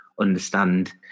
understand